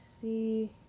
see